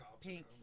pink